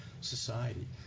society